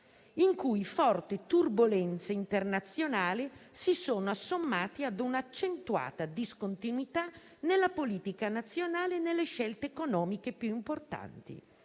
in cui forti turbolenze internazionali si sono assommate ad un'accentuata discontinuità nella politica nazionale e nelle scelte economiche più importanti.